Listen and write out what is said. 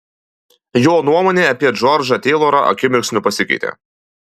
jo nuomonė apie džordžą teilorą akimirksniu pasikeitė